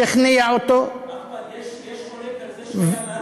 שכנע אותו, אחמד, יש חולק על זה שהוא היה נאצי?